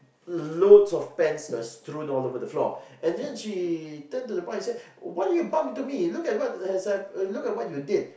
loads of pens were strewn all over the floor and then she turn to the boy and said why you bump into me look at what has happ~ uh look at what you did